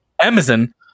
Amazon